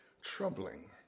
troubling